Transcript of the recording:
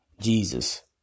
Jesus